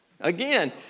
Again